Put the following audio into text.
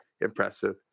Impressive